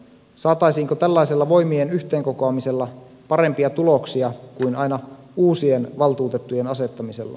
saataisiinko tällaisella voimien yhteenkokoamisella parempia tuloksia kuin aina uusien valtuutettujen asettamisella